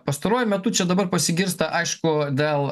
pastaruoju metu čia dabar pasigirsta aišku dėl